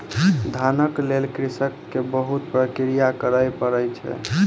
धानक लेल कृषक के बहुत प्रक्रिया करय पड़ै छै